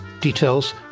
Details